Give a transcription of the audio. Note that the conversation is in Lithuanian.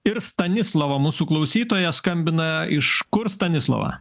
ir stanislova mūsų klausytoja skambina iš kur stanislova